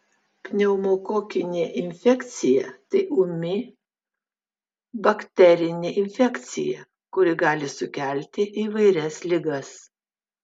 pneumokokinė infekcija tai ūmi bakterinė infekcija kuri gali sukelti įvairias ligas